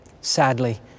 Sadly